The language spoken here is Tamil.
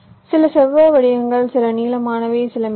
சில செவ்வக வடிவங்கள் சில நீளமானவை சில மெல்லியவை